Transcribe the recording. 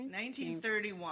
1931